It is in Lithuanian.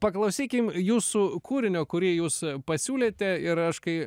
paklausykim jūsų kūrinio kurį jūs pasiūlėte ir aš kai